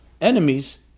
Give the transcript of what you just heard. enemies